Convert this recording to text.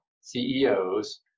CEOs